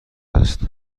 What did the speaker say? است